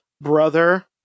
brother